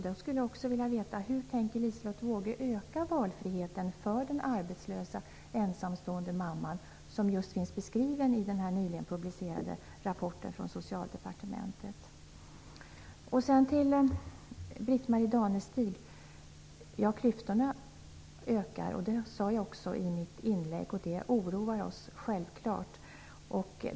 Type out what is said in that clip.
Jag skulle vilja veta: Hur tänker Liselotte Wågö öka valfriheten för den arbetslösa ensamstående mamman, som finns beskriven i den nyligen publicerade rapporten från Socialdepartementet? Klyftorna ökar, sade Britt-Marie Danestig Olofsson, och det sade också jag i mitt inlägg. Det oroar oss självklart.